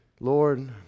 Lord